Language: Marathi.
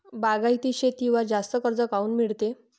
बागायती शेतीवर जास्त कर्ज काऊन मिळते?